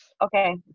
okay